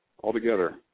altogether